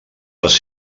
les